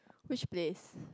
which place